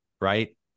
right